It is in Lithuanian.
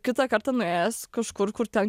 kitą kartą nuėjęs kažkur kur ten